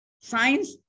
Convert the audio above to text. science